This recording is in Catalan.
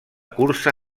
cursa